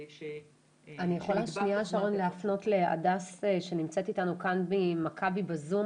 -- אני יכולה שנייה שרון להפנות להדס שנמצאת איתנו כאן ממכבי בזום?